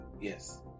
Yes